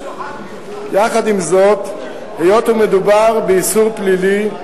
יחד עם זאת, היות שמדובר באיסור פלילי,